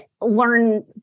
learn